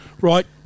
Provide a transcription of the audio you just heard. right